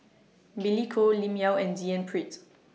Billy Koh Lim Yau and D N Pritt